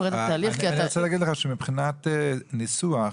אני רוצה להגיד לך שמבחינת ניסוח,